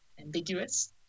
ambiguous